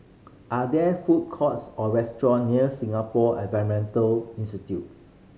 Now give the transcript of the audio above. are there food courts or restaurants near Singapore Environmental Institute